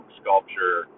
sculpture